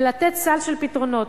ולתת סל של פתרונות.